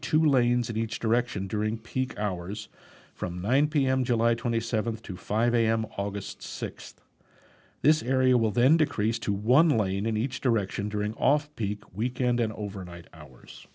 two lanes in each direction during peak hours from nine pm july twenty seventh to five am august sixth this area will then decrease to one lane in each direction during off peak weekend and overnight hours